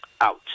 out